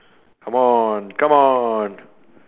come on come on